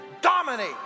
dominate